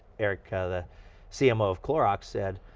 erik, ah the cmo of clorox said,